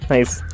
Nice